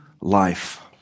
life